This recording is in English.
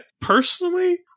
personally